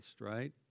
right